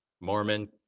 mormon